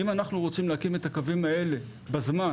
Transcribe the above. אם אנחנו רוצים להקים את הקווים האלה בזמן,